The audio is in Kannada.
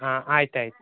ಹಾಂ ಆಯ್ತು ಆಯ್ತು